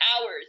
hours